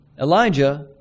Elijah